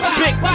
big